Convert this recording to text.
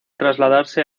trasladarse